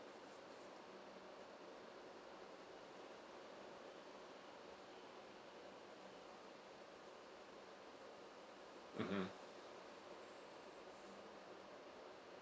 mmhmm